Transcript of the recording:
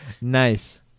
Nice